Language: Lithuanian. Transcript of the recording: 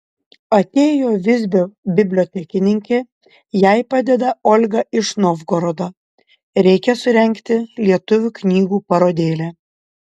atėjo visbio bibliotekininkė jai padeda olga iš novgorodo reikia surengti lietuvių knygų parodėlę